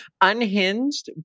Unhinged